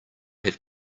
have